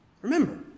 Remember